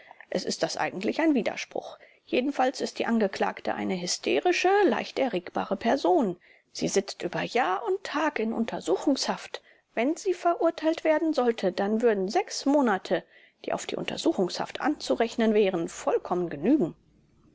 es ist das eigentlich ein widerspruch jedenfalls ist die angeklagte eine hysterische leicht erregbare person sie sitzt über jahr und tag in untersuchungshaft wenn sie verurteilt werden sollte dann würden sechs monate die auf die untersuchungshaft anzurechnen wären vollkommen genügen